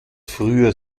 früher